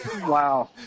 Wow